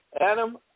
Adam